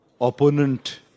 opponent